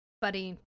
buddy